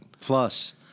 Plus